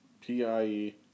P-I-E